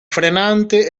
frenante